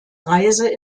reise